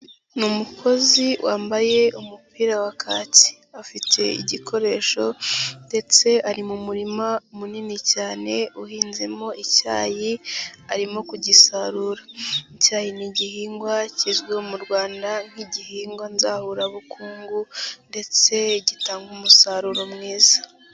Ni umukozi wambaye umupira wa kaki. Afite igikoresho ndetse ari mu murima munini cyane uhinzemo icyayi, arimo kugisarura. Icyayi ni igihingwa kizwiho mu Rwanda nk'igihingwa nzahurabukungu ndetse gitanga umusaruro mwiza.